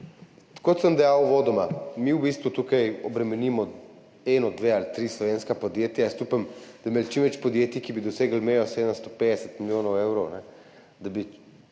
Kot sem dejal uvodoma, mi v bistvu tukaj obremenimo eno, dve ali tri slovenska podjetja. Jaz upam, da bi imeli tukaj čim več podjetij, ki bi dosegla mejo 750 milijonov evrov.